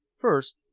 first,